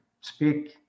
speak